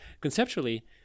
conceptually